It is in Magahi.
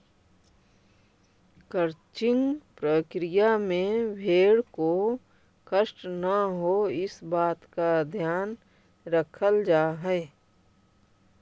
क्रचिंग प्रक्रिया में भेंड़ को कष्ट न हो, इस बात का ध्यान रखल जा हई